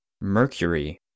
mercury